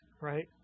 right